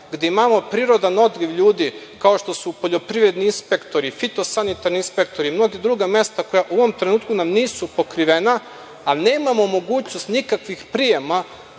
gde imamo prirodan odliv ljudi kao što su poljoprivredni inspektori, fitosanitarni inspektori, mnoga druga mesta koja u ovom trenutku nam nisu pokrivena, a nemamo mogućnost nikakvih prijema